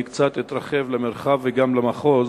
אני קצת אתרחב למרחב וגם למחוז.